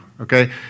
Okay